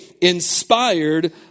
inspired